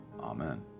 Amen